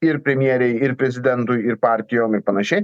ir premjerei ir prezidentui ir partijom ir panašiai